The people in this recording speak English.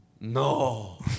No